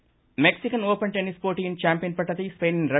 tennis Mexican open tennis போட்டியின் champion பட்டத்தை ஸ்பெயினின் ர